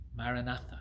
Maranatha